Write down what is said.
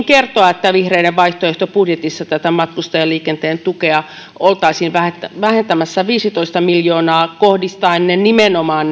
kertoa että vihreiden vaihtoehtobudjetissa matkustajaliikenteen tukea oltaisiin vähentämässä vähentämässä viisitoista miljoonaa kohdistaen ne nimenomaan